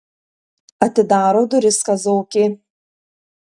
atidaro duris kazokė